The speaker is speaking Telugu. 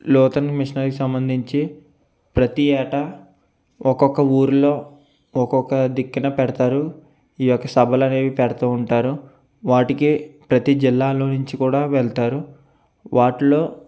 లూదరన్ మిషనరీకి సంబంధించి ప్రతి ఏటా ఒక్కొక్క ఊరిలో ఒక్కొక్క దిక్కున పెడతారు ఈ యొక్క సభలు అనేవి పెడుతు ఉంటారు వాటికే ప్రతి జిల్లాలో నుంచి కూడా వెళతారు వాటిలో